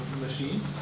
machines